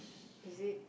is it